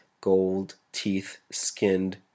gold-teeth-skinned